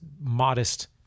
modest